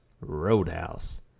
Roadhouse